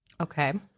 Okay